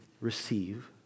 receive